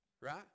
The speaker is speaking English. right